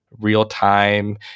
real-time